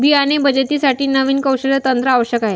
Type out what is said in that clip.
बियाणे बचतीसाठी नवीन कौशल्य तंत्र आवश्यक आहे